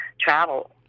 Travel